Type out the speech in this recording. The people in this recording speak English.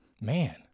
man